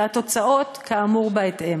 והתוצאות כאמור בהתאם.